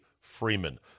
Freeman